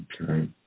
Okay